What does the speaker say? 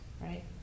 right